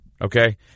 Okay